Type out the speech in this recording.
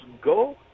go